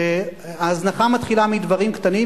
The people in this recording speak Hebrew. ההזנחה מתחילה מהדברים הקטנים.